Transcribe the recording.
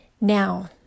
Now